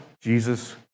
Jesus